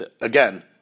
again